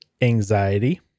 anxiety